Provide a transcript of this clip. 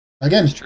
again